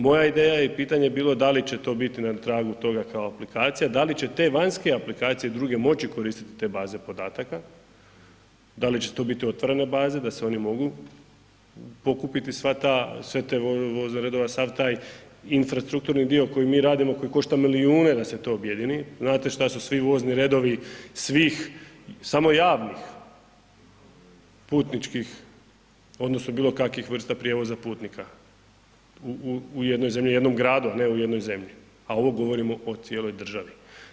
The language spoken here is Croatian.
Moja ideja je i pitanje bilo da li će to biti na tragu toga kao aplikacija, da li će te vanjske aplikacije druge moći koristiti te baze podataka, da li će to biti otvorene baze da se one mogu pokupiti sve te voze redova, sav taj infrastrukturni dio koji mi radimo, koji košta milijune da se to objedini, znate šta su svi vozni redovi svih samo javnih putničkih odnosno bilokakvih vrsta prijevoza putnika u jednoj zemlji, u jednom gradu a ne u jednoj zemlji a ovo govorimo o cijeloj državi.